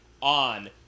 on